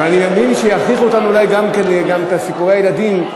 ואני מאמין שיכריחו אותנו אולי גם את סיפורי הילדים,